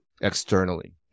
externally